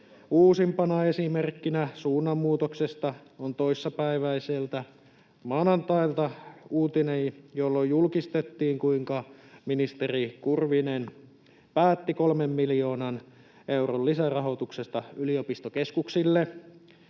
Uusimpana esimerkkinä suunnanmuutoksesta on toissapäiväiseltä maanantailta uutinen, jossa julkistettiin, kuinka ministeri Kurvinen päätti 3 miljoonan euron lisärahoituksesta yliopistokeskuksille.